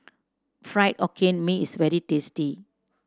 Fried Hokkien Mee is very tasty